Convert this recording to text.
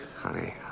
Honey